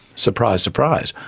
surprise, surprise.